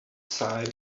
sigh